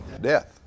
Death